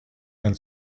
and